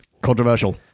Controversial